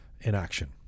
inaction